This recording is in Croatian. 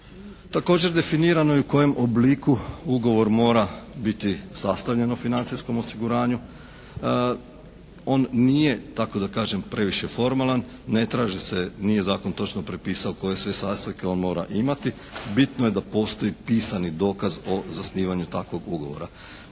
Također definirano je u kojem obliku ugovor mora biti sastavljen o financijskom osiguranju. On nije tako da kažem previše formalan, ne traži se, nije zakon točno propisao koje sve sastojke on mora imati. Bitno je da postoji pisani dokaz o zasnivanju takvog ugovora.